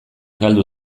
galdu